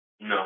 No